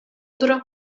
durò